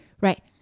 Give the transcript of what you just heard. right